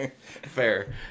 fair